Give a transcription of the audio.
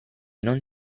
non